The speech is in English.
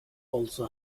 also